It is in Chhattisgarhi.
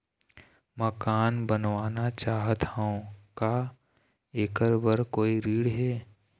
मकान बनवाना चाहत हाव, का ऐकर बर कोई ऋण हे?